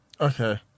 Okay